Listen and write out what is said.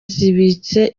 zibitse